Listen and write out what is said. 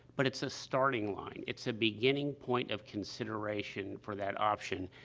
but it's a starting line it's a beginning point of consideration for that option.